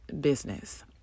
business